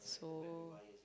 so